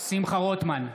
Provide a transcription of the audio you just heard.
שמחה רוטמן,